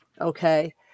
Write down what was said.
Okay